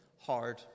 hard